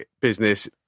business